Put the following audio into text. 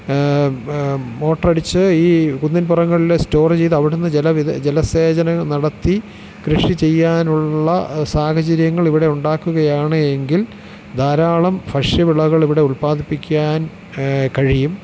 motor അടിച്ചു ഈ കുന്നിൻ പുറങ്ങളിലെ സ്റ്റോറ് ചെയ്തു അവിടെ നിന്ന് ജല ജലസേചനം നടത്തി കൃഷി ചെയ്യാനുള്ള സാഹചര്യങ്ങൾ ഇവിടെ ഉണ്ടാക്കുകയാണ് എങ്കിൽ ധാരാളം ഭക്ഷ്യവിളകൾ ഇവിടെ ഉൽപാദിപ്പിക്കാൻ കഴിയും